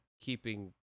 keeping